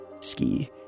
ski